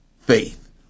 faith